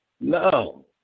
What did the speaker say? No